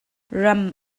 ram